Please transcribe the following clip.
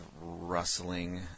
rustling